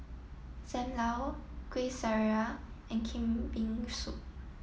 Sam Lau Kueh Syara and Kambing Soup